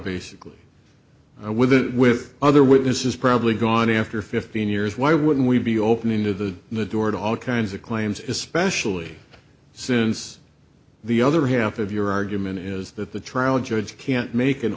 basically with it with other witnesses probably gone after fifteen years why wouldn't we be opening to the door to all kinds of claims especially since the other half of your argument is that the trial judge can't make an